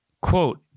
Quote